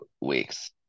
weeks